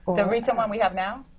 the recent one we have now?